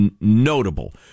notable